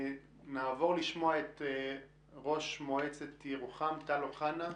נעבור לשמוע את ראש מועצת ירוחם, טל אוחנה.